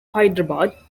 hyderabad